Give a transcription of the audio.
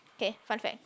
okay fun fact